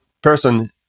Person